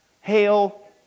Hail